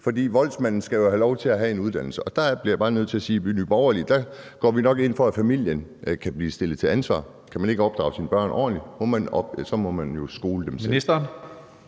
for voldsmanden skal have lov til at have en uddannelse. Og der bliver jeg bare nødt til at sige, at i Nye Borgerlige går vi nok ind for, at familien kan blive stillet til ansvar. Kan man ikke opdrage sine børn ordentligt, må man jo skole dem selv.